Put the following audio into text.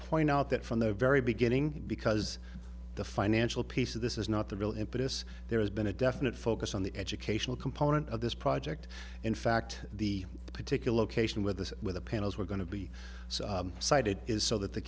point out that from the very beginning because the financial piece of this is not the real impetus there has been a definite focus on the educational component of this project in fact the particular location with the with the panels were going to be sited is so that the